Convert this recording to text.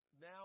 now